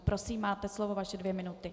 Prosím, máte slovo, vaše dvě minuty.